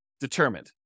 determined